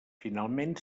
finalment